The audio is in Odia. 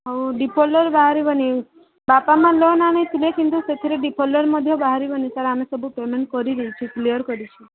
ଆଉ ଡିଫଲ୍ଟର୍ ବାହାରିବନି ବାପା ମାଆ ଲୋନ୍ ଆଣିଥିଲେ କିନ୍ତୁ ସେଥିରେ ଡିଫଲ୍ଟର୍ ମଧ୍ୟ ବାହାରିବନି ସାର୍ ଆମେ ସବୁ ପେମେଣ୍ଟ୍ କରିଦେଇଛୁ କ୍ଳିଅର୍ କରିଛୁ